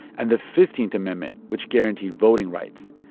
and the fifteenth amendment, which guaranteed voting rights.